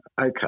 Okay